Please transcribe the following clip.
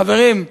חברים,